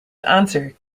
answer